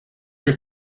your